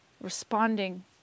responding